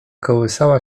kołysała